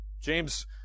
James